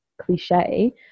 cliche